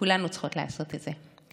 וכולנו צריכות לעשות את זה.